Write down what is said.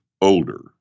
older